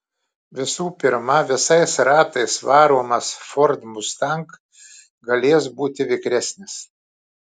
visų pirma visais ratais varomas ford mustang galės būti vikresnis